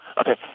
okay